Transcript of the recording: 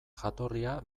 jatorria